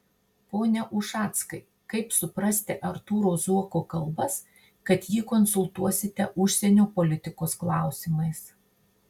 pone ušackai kaip suprasti artūro zuoko kalbas kad jį konsultuosite užsienio politikos klausimais